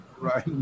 Right